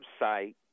website